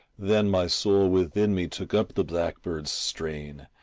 then my soul within me took up the blackbird's strain,